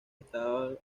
estabas